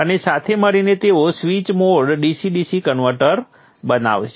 અને સાથે મળીને તેઓ switched mode DC DC converter બનાવે છે